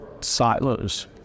silos